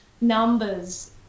numbers